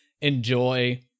enjoy